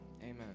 amen